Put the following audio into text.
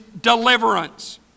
deliverance